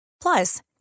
Plus